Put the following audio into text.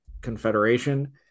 Confederation